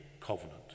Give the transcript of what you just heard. Covenant